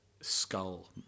skull